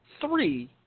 Three